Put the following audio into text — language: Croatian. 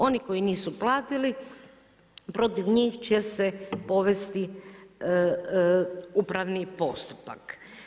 Oni koji nisu platili protiv njih će se provesti upravni postupak.